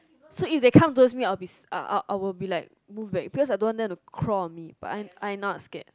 so if they were come toward me I I will be like move back cause I don't want them to craw on me but I I am not scared